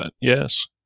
Yes